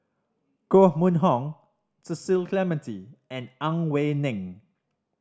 Koh Mun Hong Cecil Clementi and Ang Wei Neng